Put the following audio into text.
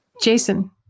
Jason